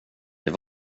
det